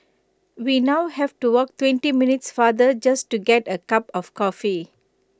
we now have to walk twenty minutes farther just to get A cup of coffee